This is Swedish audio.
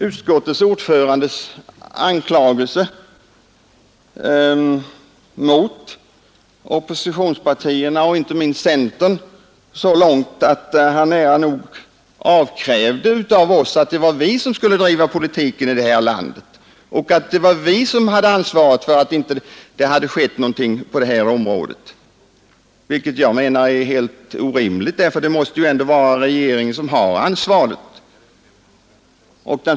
Utskottsordförandens anklagelse mot oppositionspartierna och inte minst mot centern var så formad att han nära nog avkrävde oss ansvaret för den politik som bedrivs här i landet och att det var vi som var ansvariga för att det inte skedde någonting på det här området. Det menar jag är helt orimligt. Det måste ju ändå vara regeringen som har ansvaret.